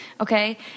okay